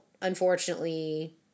unfortunately